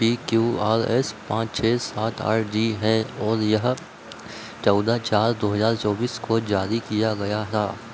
P Q R S पाँच छः सात आठ जी है और यह चौदह चार दो हज़ार चौबीस को जारी किया गया था